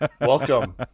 Welcome